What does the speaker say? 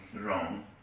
wrong